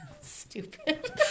Stupid